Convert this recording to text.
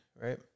right